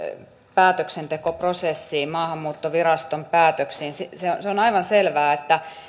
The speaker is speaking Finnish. päätöksentekoprosessiin maahanmuuttoviraston päätöksiin se se on aivan selvää että